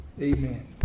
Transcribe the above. Amen